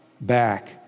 back